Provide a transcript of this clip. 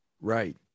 Right